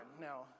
Now